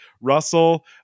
Russell